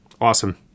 Awesome